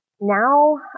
now